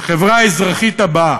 בחברה האזרחית הבאה,